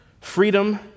Freedom